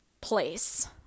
place